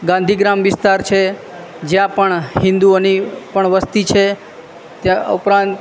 ગાંધીગ્રામ વિસ્તાર છે જ્યાં પણ હિન્દુઓની પણ વસ્તી છે ત્યાં ઉપરાંત